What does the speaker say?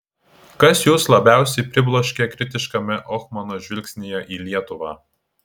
kas jus labiausiai pribloškė kritiškame ohmano žvilgsnyje į lietuvą